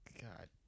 God